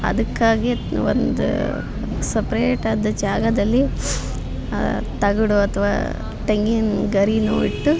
ಅದಕ್ಕಾಗಿ ಒಂದು ಸಪ್ರೇಟಾದ ಜಾಗದಲ್ಲಿ ತಗಡು ಅಥವಾ ತೆಂಗಿನ ಗರಿನು ಇಟ್ಟು